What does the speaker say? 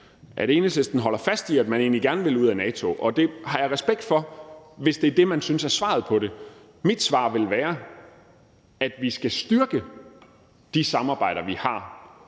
at Enhedslisten holder fast i, at man egentlig gerne vil ud af NATO. Jeg har respekt for det, hvis det er det, man synes er svaret på det. Mit svar vil være, at vi skal styrke de samarbejder, vi har,